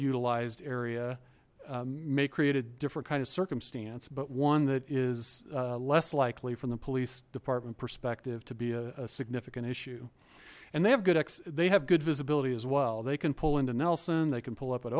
utilized area may create a different kind of circumstance but one that is less likely from the police department perspective to be a significant issue and they have good acts they have good visibility as well they can pull into nelson they can pull up a